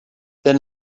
then